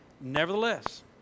Nevertheless